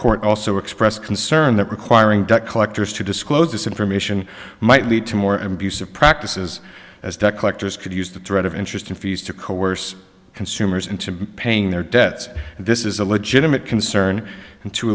court also expressed concern that requiring debt collectors to disclose this information might lead to more imbues of practices as debt collectors could use the threat of interest in fees to coerce consumers into paying their debts and this is a legitimate concern